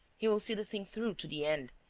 he will see the thing through to the end.